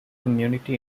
community